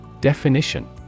Definition